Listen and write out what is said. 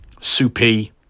Soupy